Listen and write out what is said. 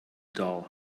dull